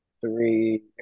three